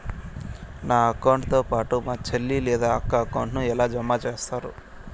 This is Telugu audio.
నా అకౌంట్ తో పాటు మా చెల్లి లేదా అక్క అకౌంట్ ను ఎలా జామ సేస్తారు?